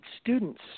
Students